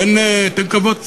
תן כבוד קצת.